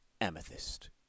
amethyst